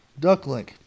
Ducklink